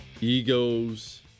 egos